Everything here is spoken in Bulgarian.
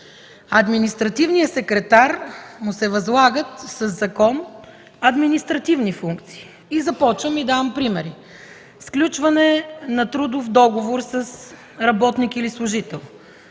административния секретар му се възлагат със закон административни функции, и давам примери: сключване на трудов договор с работник или служител;